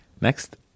Next